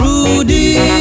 Rudy